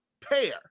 pair